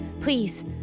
Please